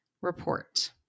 report